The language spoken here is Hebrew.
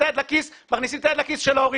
היד לכיס מכניסים את היד לכיס של ההורים.